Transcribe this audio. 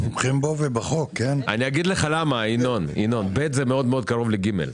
ב' זה מאוד מאוד קרוב ל-ג'.